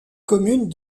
commune